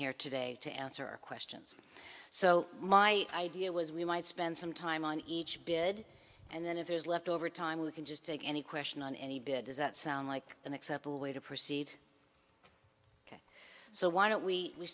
here today to answer questions so my idea was we might spend some time on each bid and then if there is left over time we can just take any question on any bid does that sound like an acceptable way to proceed so why don't we